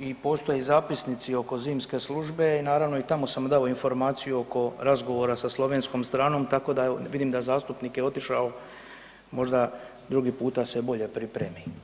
i postoje zapisnici oko zimske službe i naravno i tamo sam dao informaciju oko razgovora sa slovenskom stranom, tako da evo, vidim da zastupnik je otišao, možda drugi puta se bolje pripremi.